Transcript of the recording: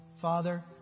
Father